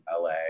LA